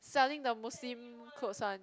selling the Muslim cloths one